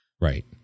Right